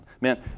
man